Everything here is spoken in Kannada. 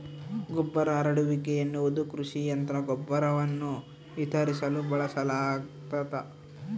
ಗೊಬ್ಬರ ಹರಡುವಿಕೆ ಎನ್ನುವುದು ಕೃಷಿ ಯಂತ್ರ ಗೊಬ್ಬರವನ್ನು ವಿತರಿಸಲು ಬಳಸಲಾಗ್ತದ